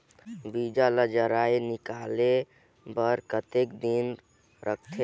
बीजा ला जराई निकाले बार कतेक दिन रखथे?